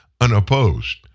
unopposed